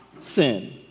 sin